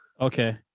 okay